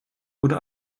oder